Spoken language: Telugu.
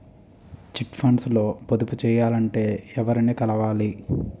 చిట్ ఫండ్స్ లో పొదుపు చేయాలంటే ఎవరిని కలవాలి?